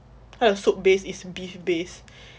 它的 soup base is beef based